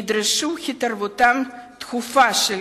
נדרשה התערבותם הדחופה של